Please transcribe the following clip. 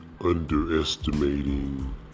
underestimating